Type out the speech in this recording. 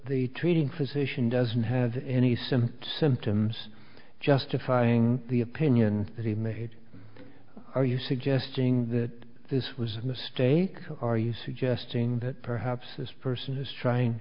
the treating physician doesn't have any similar symptoms justifying the opinion that he made are you suggesting that this was a mistake are you suggesting that perhaps this person is trying